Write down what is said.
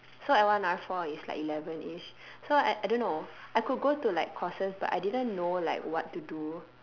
so L one R four is like elevenish so I I don't know I could go to like courses but I didn't know like what to do